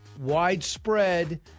widespread